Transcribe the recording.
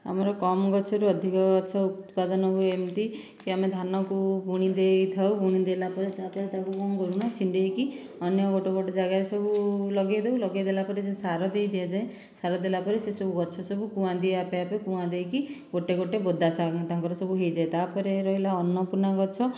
ଆମର କମ ଗଛରୁ ଅଧିକ ଗଛ ଉତ୍ପାଦନ ହୁଏ ଏମିତି କି ଆମେ ଧାନକୁ ବୁଣି ଦେଇଥାଉ ବୁଣି ଦେଲା ପରେ ତାପରେ ତାକୁ କଣ କରୁନା ଛିଣ୍ଡେଇକି ଅନ୍ୟ ଗୋଟିଏ ଗୋଟିଏ ଜାଗାରେ ସବୁ ଲଗେଇଦେବୁ ଲଗେଇ ଦେଇସାରିଲା ପରେ ଯେଉଁ ସାର ଦିଆଯାଏ ସାର ଦେଲା ପରେ ସେ ଗଛସବୁ କୁଆଁ ଆପେ ଆପେ କୁଆଁ ଦେଇକି ଗୋଟିଏ ଗୋଟିଏ ବୋଦା ସବୁ ତାଙ୍କର ହୋଇଯାଏ ତା'ପରେ ରହିଲା ଅନ୍ନପୂର୍ଣ୍ଣା ଗଛ